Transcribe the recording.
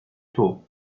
tôt